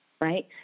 right